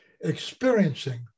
experiencing